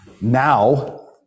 now